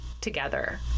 together